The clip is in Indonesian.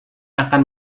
akan